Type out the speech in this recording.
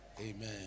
Amen